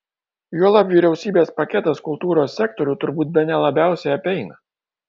juolab vyriausybės paketas kultūros sektorių turbūt bene labiausiai apeina